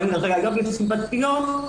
ראיות נסיבתיות,